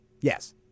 yes